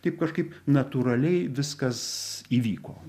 taip kažkaip natūraliai viskas įvyko